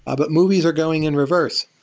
ah but movies are going in reverse.